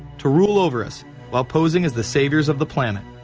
to rule over us while posing as the saviors of the planet.